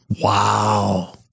Wow